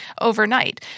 overnight